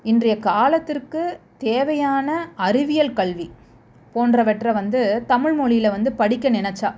இன்றைய காலத்திற்கு தேவையான அறிவியல் கல்வி போன்றவற்றை வந்து தமிழ்மொழியில வந்து படிக்க நினைச்சா